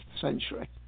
Century